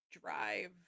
drive